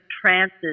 trances